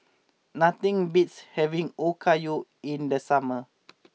nothing beats having Okayu in the summer